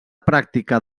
pràctica